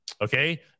Okay